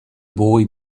boy